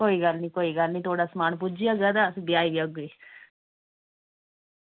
कोई गल्ल निं कोई गल्ल निं थुआढ़ै समान पुज्जी जाह्ग ते अस ब्याहे ई आह्गे